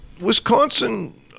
Wisconsin